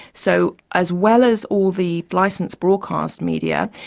so as well as all the licensed broadcast media,